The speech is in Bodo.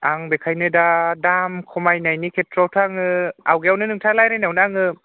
आं बेखायनो दा दाम खमायनायनि खेत्र'आवथ' आङो आवगायावनो नोंथाङा रायज्लायनायावनो आङो